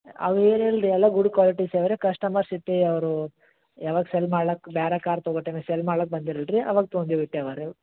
ಅವು ಏನಿಲ್ಲ ರೀ ಎಲ್ಲ ಗುಡ್ ಕ್ವಾಲಿಟೀಸ್ ಇವೆ ರೀ ಕಸ್ಟಮರ್ಸ್ ಇಟ್ಟು ಅವರು ಯಾವಾಗ ಸೆಲ್ ಮಾಡಕ್ ಬೇರೆ ಕಾರ್ ತೊಗೋ ಟೈಮಿಗೆ ಸೆಲ್ ಮಾಡಕ್ ಬಂದಿದ್ರ್ ಇಲ್ಲ ರೀ ಅವಾಗ ತೊಗೊಂಡೀವಿ ಇಟ್ಟವು ಅವು ರೀ ಇವು